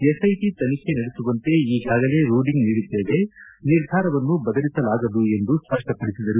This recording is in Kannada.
ಎಸ್ಐಟಿ ತನಿಖೆ ನಡೆಸುವಂತೆ ಈಗಾಗಲೇ ರೂಲಿಂಗ್ ನೀಡಿದ್ದೇವೆ ನಿರ್ಧಾರವನ್ನು ಬದಲಿಸಲಾಗದು ಎಂದು ಸ್ಪಷ್ಟಪಡಿಸಿದರು